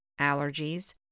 allergies